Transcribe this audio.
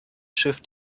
schiff